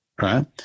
Right